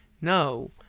no